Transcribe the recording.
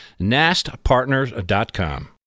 nastpartners.com